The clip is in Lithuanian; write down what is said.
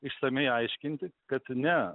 išsamiai aiškinti kad ne